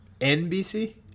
NBC